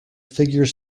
figure